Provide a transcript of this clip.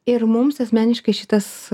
ir mums asmeniškai šitas